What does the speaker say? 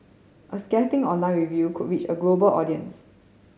a scathing online review could reach a global audience